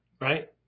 Right